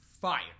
fire